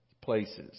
places